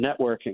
networking